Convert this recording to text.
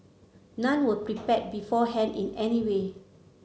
none were prepared beforehand in any way